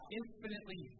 infinitely